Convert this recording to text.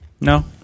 No